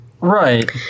Right